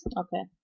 okay